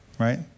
Right